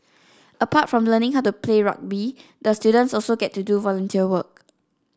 apart from learning how to play rugby the students also get to do volunteer work